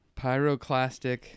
pyroclastic